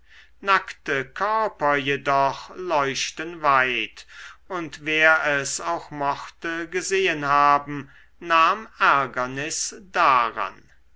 nackte körper jedoch leuchten weit und wer es auch mochte gesehen haben nahm ärgernis daran